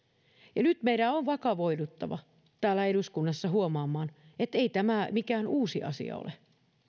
ja nyt meidän on vakavoiduttava täällä eduskunnassa huomaamaan että ei tämä mikään uusi asia ole